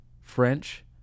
French